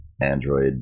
Android